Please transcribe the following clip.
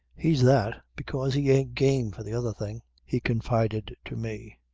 he's that because he ain't game for the other thing, he confided to me.